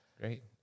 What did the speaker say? Great